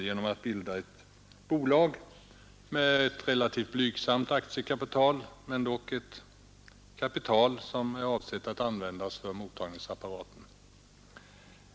Det har bildats ett bolag med ett om än relativt blygsamt aktiekapital som är avsett att användas för mottagningsapparaten.